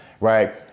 Right